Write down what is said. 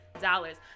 dollars